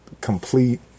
Complete